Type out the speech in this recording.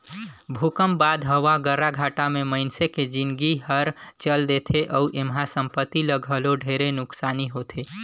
भूकंप बाद हवा गर्राघाटा मे मइनसे के जिनगी हर चल देथे अउ एम्हा संपति ल घलो ढेरे नुकसानी होथे